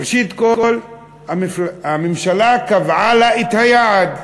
ראשית, הממשלה קבעה לה את היעד.